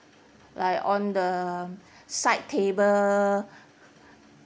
like on the side table